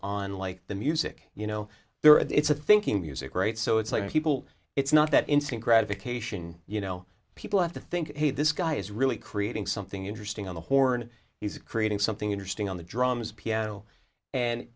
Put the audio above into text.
on like the music you know they're at it's a thinking music right so it's like people it's not that instant gratification you know people have to think hey this guy is really creating something interesting on the horn he's creating something interesting on the drums piano and